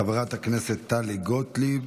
חברת הכנסת טלי גוטליב,